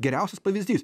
geriausias pavyzdys